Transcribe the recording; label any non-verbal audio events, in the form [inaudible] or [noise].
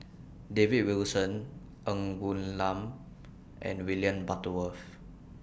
[noise] David Wilson Ng Woon Lam and William Butterworth